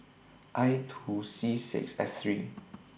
I two C six F three